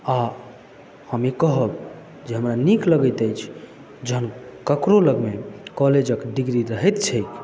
आ हम ई कहब जे हमरा नीक लगैत अछि जहन ककरो लगमे कॉलेज क डिग्री रहैत छै